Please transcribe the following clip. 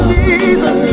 Jesus